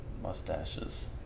mustaches